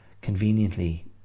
conveniently